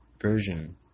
version